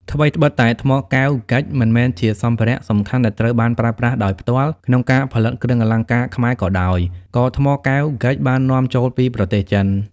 ថ្វីត្បិតតែថ្មកែវ (ហ្គិច) មិនមែនជាសម្ភារៈសំខាន់ដែលត្រូវបានប្រើប្រាស់ដោយផ្ទាល់ក្នុងការផលិតគ្រឿងអលង្ការខ្មែរក៏ដោយ ក៏ថ្មកែវ (ហ្គិច)បាននាំចូលពីប្រទេសចិន។